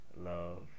Love